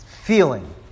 feeling